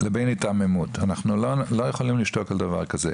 לבין היתממות, אנחנו לא יכולים לשתוק על דבר כזה.